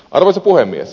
arvoisa puhemies